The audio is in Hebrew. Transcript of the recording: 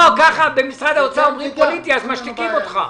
במשרד האוצר אומרים "פוליטי" וכך משתיקים אותך.